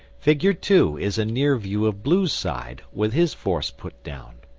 figure two is a near view of blue's side, with his force put down.